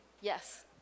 yes